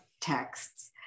texts